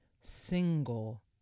single